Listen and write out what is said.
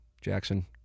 Jackson